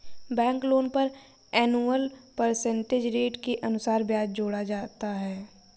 bank loan पर annual percentage rate के अनुसार ब्याज जोड़ा जाता है